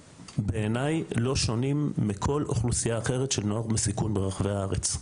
בעיניי לא שונים מכל אוכלוסייה אחרת של נוער בסיכון ברחבי הארץ,